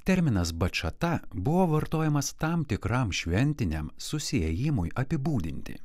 terminas bačata buvo vartojamas tam tikram šventiniam susiėjimui apibūdinti